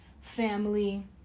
family